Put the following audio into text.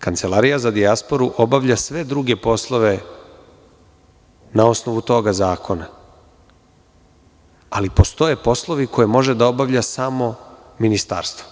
Kancelarija za dijasporu obavlja sve druge poslove na osnovu toga zakona, ali postoje poslovi koje može da obavlja samo Ministarstvo.